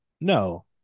No